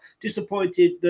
Disappointed